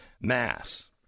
Mass